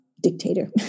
dictator